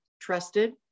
trusted